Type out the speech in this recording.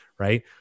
right